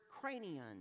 cranium